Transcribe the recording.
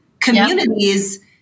communities